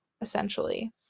essentially